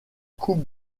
coupe